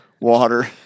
water